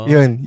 Yun